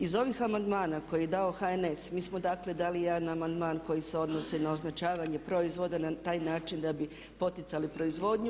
Iz ovih amandmana koje je dao HNS mi smo dakle dali jedan amandman koji se odnosi na označavanje proizvoda na taj način da bi poticali proizvodnju.